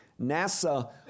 NASA